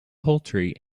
poultry